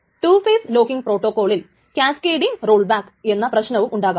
2 phase locking പ്രോട്ടോകോളിൽ cascading roll back എന്ന പ്രശ്നവും ഉണ്ടാകാം